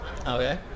Okay